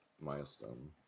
milestone